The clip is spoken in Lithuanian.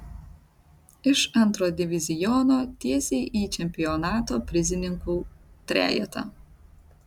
iš antro diviziono tiesiai į čempionato prizininkų trejetą